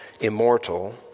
immortal